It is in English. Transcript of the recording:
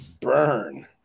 Burn